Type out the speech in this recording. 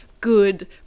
good